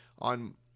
on